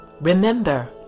Remember